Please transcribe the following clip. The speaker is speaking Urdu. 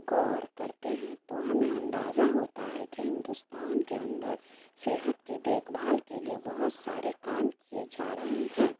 غور کرتے ہیں تو ہمیں اندازہ ہوتا ہے کہ ہندوستان کے اندر صحت کی دیکھ بھال کے لیے بہت سارے کام کیے جا رہے ہیں